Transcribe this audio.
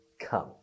Come